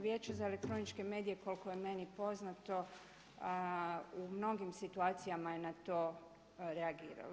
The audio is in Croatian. Vijeće za elektroničke medije koliko je meni poznato u mnogim situacijama je na to reagiralo.